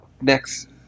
Next